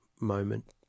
moment